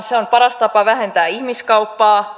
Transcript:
se on paras tapa vähentää ihmiskauppaa